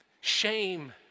shame